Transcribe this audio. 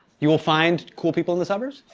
you will find cool people in the suburbs?